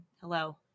Hello